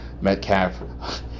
Metcalf